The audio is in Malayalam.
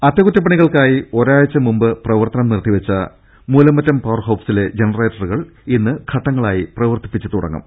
അറ്റകുറ്റ പണികൾക്കായി ഒരാഴ്ച മുമ്പ് പ്രവർത്തനം നിർത്തിവെച്ച മൂലമറ്റം പവ്വർഹൌസിലെ ജനറേറ്ററുകൾ ഇന്ന് ഘട്ടങ്ങളായി പ്രവർത്തിപ്പിച്ചു തുടങ്ങും